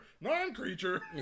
non-creature